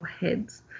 heads